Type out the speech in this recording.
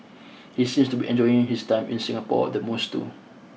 he seems to be enjoying his time in Singapore the most too